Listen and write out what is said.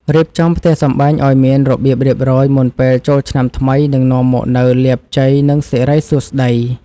រៀបចំផ្ទះសម្បែងឱ្យមានរបៀបរៀបរយមុនពេលចូលឆ្នាំថ្មីនឹងនាំមកនូវលាភជ័យ និងសិរីសួស្តី។